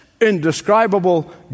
indescribable